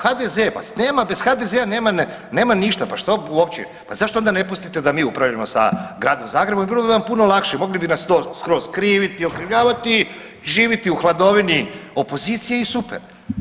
HDZ, pa nema bez HDZ nema, nema ništa, pa što uopće, pa zašto onda ne pustite da mi upravljamo sa Gradom Zagrebom i bilo bi vam puno lakše, mogli bi nas skroz kriviti i okrivljavati i živiti u hladovini opozicije i super.